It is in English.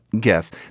guess